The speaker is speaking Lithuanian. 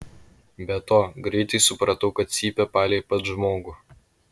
be to greitai supratau kad cypia palei pat žmogų